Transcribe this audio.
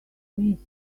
miss